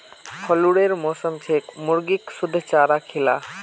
फ्लूरेर मौसम छेक मुर्गीक शुद्ध चारा खिला